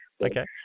Okay